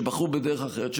יש כאלה שבחרו בדרך אחרת,